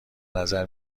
نظر